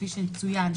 כפי שצוין,